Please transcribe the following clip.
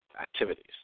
activities